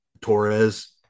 torres